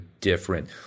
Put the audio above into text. different